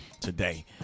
today